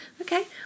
okay